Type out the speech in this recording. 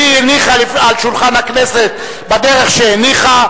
שהיא הניחה על שולחן הכנסת בדרך שהניחה,